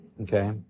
okay